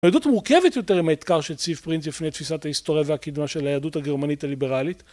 היהדות מורכבת יותר מהאתגר שהציב פרינץ לפי תפיסת ההיסטוריה והקידמה של היהדות הגרמנית הליברלית